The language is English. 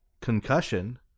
Concussion